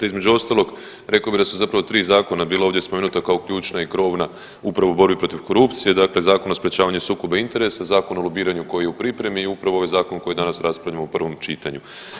Između ostalog rekao bih da su zapravo 3 zakona bila ovdje spomenuta kao ključna i krovna upravo u borbi protiv korupcije, dakle Zakon o sprječavanju sukoba interesa, Zakon o lobiranju koji je u pripremi i upravo ovaj zakon koji danas raspravljamo u prvom čitanju.